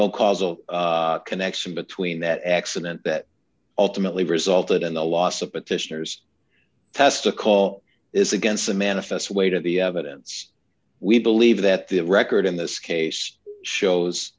no causal connection between that accident that ultimately resulted in the loss of petitioners test a call is against the manifest weight of the evidence we believe that that record in this case shows